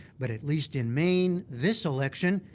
but, at least in maine, this election,